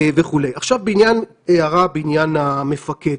עכשיו הערה בעניין המפקד.